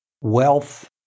wealth